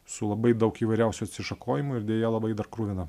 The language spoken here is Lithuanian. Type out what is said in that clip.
su labai daug įvairiausių atsišakojimų ir deja labai dar kruvina